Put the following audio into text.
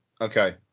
okay